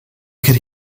could